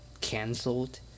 cancelled